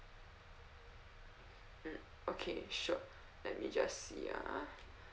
mm okay sure let me just see ah